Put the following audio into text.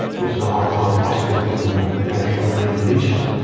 which is a horrifying prospect given the nature of the korean peninsula,